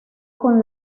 con